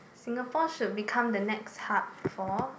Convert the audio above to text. Singapore should become the next hub for